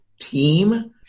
team